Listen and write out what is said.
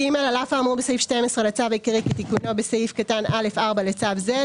(ג) על אף האמור בסעיף 12 לצו העיקרי כתיקונו בסעיף קטן(א)(4) לצו זה,